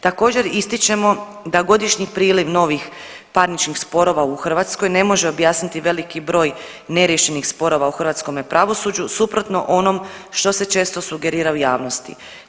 Također, ističemo da godišnji priliv novih parničnih sporova u Hrvatskoj ne može objasniti veliki broj neriješenih sporova u hrvatskome pravosuđu suprotno onom što se često sugerira u javnosti.